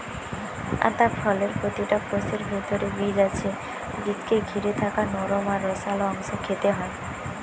আতা ফলের প্রতিটা কোষের ভিতরে বীজ আছে বীজকে ঘিরে থাকা নরম আর রসালো অংশ খেতে হয়